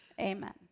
Amen